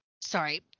sorry